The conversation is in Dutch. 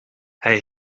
hij